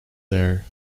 there